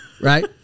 right